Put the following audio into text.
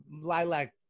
lilac